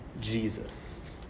Jesus